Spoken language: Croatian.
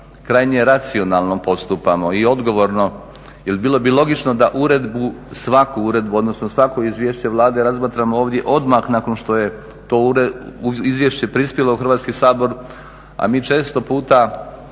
krajnje racionalno postupamo i odgovorno. Jer bilo bi logično da uredbu, svaku uredbu odnosno svako izvješće Vlade razmatramo ovdje odmah nakon što je to izvješće prispjelo u Hrvatski sabor a mi često puta